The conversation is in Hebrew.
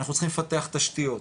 אנחנו צריכים לפתח תשתיות,